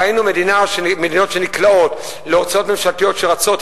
ראינו מדינות שנקלעות להוצאות ממשלתיות שרצות,